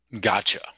Gotcha